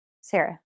Sarah